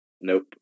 Nope